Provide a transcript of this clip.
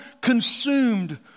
consumed